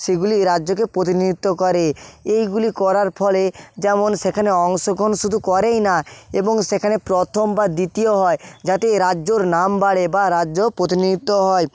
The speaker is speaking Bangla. সেগুলি রাজ্যকে প্রতিনিধিত্ব করে এইগুলি করার ফলে যেমন সেখানে অংশগ্রহণ শুধু করেই না এবং সেখানে প্রথম বা দ্বিতীয় হয় যাতে রাজ্যর নাম বাড়ে বা রাজ্য প্রতিনিধিত্ব হয়